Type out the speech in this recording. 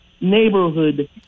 neighborhood